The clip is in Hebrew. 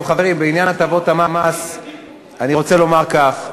טוב, חברים, בעניין הטבות המס אני רוצה לומר כך: